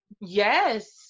Yes